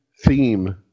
theme